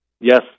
Yes